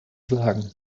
sagen